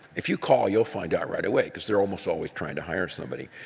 if you call, you'll find out right away because they're almost always trying to hire somebody.